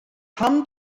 pam